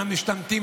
עם המשתמטים,